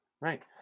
Right